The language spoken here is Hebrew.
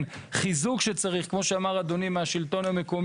חיזוק שצריך כמו שאמר אדוני מהשלטון המקומי.